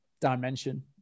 dimension